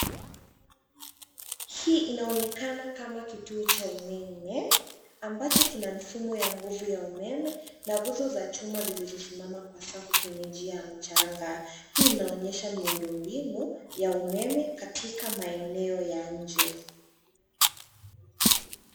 Hii inaonekana kama kituo cha umeme ambacho kina mifumo ya nguvu ya umeme na nguzo za chuma zilizosimama kwa safu kwenye njia ya mchanga. Hii inaonyesha miundombinu ya umeme katika maeneo ya nje.